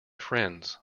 friends